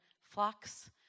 flocks